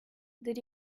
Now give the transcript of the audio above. did